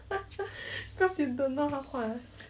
but then it's like if I put eye shadow right